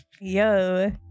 yo